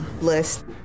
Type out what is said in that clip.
list